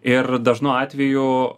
ir dažnu atveju